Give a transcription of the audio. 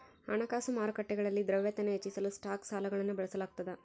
ಹಣಕಾಸು ಮಾರುಕಟ್ಟೆಗಳಲ್ಲಿ ದ್ರವ್ಯತೆನ ಹೆಚ್ಚಿಸಲು ಸ್ಟಾಕ್ ಸಾಲಗಳನ್ನು ಬಳಸಲಾಗ್ತದ